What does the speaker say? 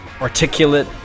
articulate